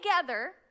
together